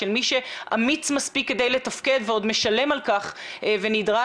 של מי שאמיץ מספיק כדי לתפקד ועוד משלם על כך ונדרש